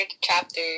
chapter